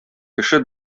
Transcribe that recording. кеше